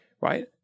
Right